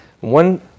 One